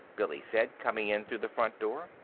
billy said coming in through the front door.